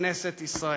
כנסת ישראל.